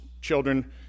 children